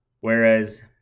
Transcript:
Whereas